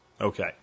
Okay